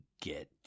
get